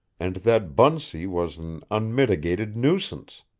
and that bunsey was an unmitigated nuisance.